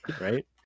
Right